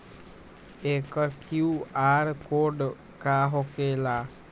एकर QR code का होकेला?